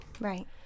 Right